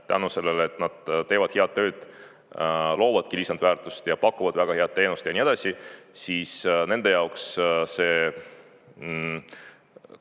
tänu sellele, et nad teevad head tööd, loovadki lisandväärtust ja pakuvad väga head teenust ja nii edasi, siis nende jaoks see